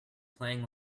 playing